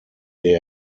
der